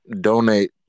donate